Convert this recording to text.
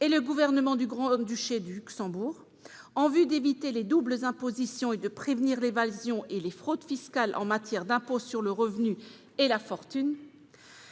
et le Gouvernement du Grand-Duché de Luxembourg en vue d'éviter les doubles impositions et de prévenir l'évasion et la fraude fiscales en matière d'impôts sur le revenu et la fortune,